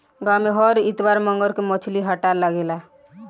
गाँव में हर इतवार मंगर के मछली हट्टा लागेला